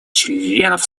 членов